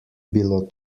bilo